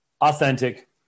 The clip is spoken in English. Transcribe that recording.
authentic